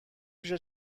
پیش